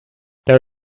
there